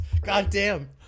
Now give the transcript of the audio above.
Goddamn